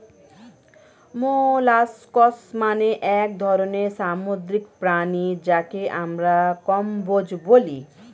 molluscs মানে এক ধরনের সামুদ্রিক প্রাণী যাকে আমরা কম্বোজ বলি